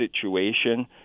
situation